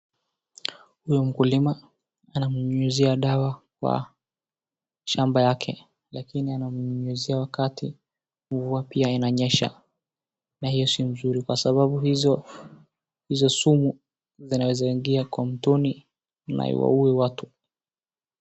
Huyu mkulima ananyunyizia dawa kwa shamba yake lakini anamnyunyizia wakati mvua pia inanyesha na hiyo si mzuri kwa sababu hizo sumu zinaweza ingia kwa mtoni na iwauwe watu.